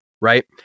right